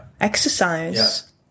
exercise